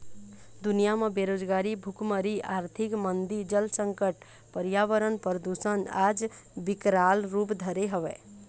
दुनिया म बेरोजगारी, भुखमरी, आरथिक मंदी, जल संकट, परयावरन परदूसन आज बिकराल रुप धरे हवय